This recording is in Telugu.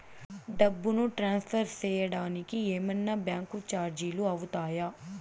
డబ్బును ట్రాన్స్ఫర్ సేయడానికి ఏమన్నా బ్యాంకు చార్జీలు అవుతాయా?